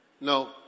No